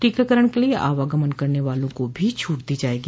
टीकाकरण के लिए आवागमन करने वालों को भी छूट दी जाएगी